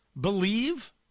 believe